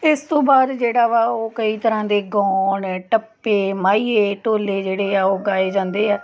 ਇਸ ਤੋਂ ਬਾਅਦ ਜਿਹੜਾ ਵਾ ਉਹ ਕਈ ਤਰ੍ਹਾਂ ਦੇ ਗੋਣ ਟੱਪੇ ਮਾਹੀਏ ਢੋਲੇ ਜਿਹੜੇ ਆ ਉਹ ਗਾਏ ਜਾਂਦੇ ਆ